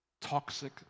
toxic